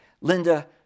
Linda